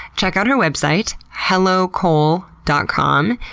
check out her website, hellocole dot com.